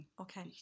Okay